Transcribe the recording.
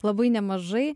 labai nemažai